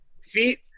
feet